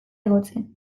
igotzen